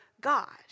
God